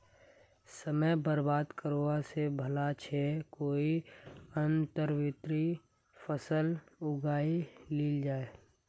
समय बर्बाद करवा स भला छ कोई अंतर्वर्ती फसल उगइ लिल जइ